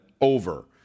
over